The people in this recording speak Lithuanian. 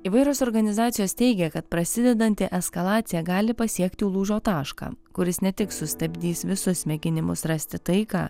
įvairios organizacijos teigia kad prasidedanti eskalacija gali pasiekti lūžio tašką kuris ne tik sustabdys visus mėginimus rasti taiką